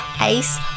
Ace